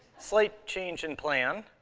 slight change in plan.